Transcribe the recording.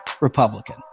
Republican